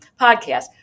podcast